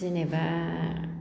जेनेबा